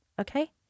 okay